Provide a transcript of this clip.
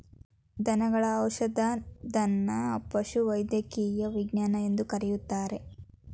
ದನಗಳ ಔಷಧದನ್ನಾ ಪಶುವೈದ್ಯಕೇಯ ವಿಜ್ಞಾನ ಎಂದು ಕರೆಯುತ್ತಾರೆ